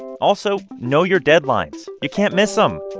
also, know your deadlines. you can't miss them